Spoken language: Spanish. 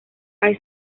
hay